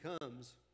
comes